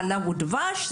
חלב ודבש,